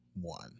one